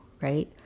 Right